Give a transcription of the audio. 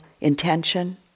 intention